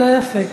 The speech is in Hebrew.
לא יפה.